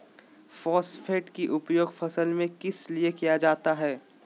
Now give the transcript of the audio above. Phosphate की उपयोग फसल में किस लिए किया जाता है?